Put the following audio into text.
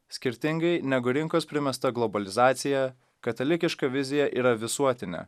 skirtingai negu rinkos primesta globalizacija katalikiška vizija yra visuotinė